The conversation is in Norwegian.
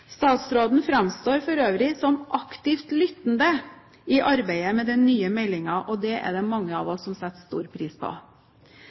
Statsråden framstår for øvrig som aktivt lyttende i arbeidet med den nye meldingen, og det er det mange av